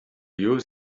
use